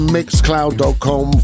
Mixcloud.com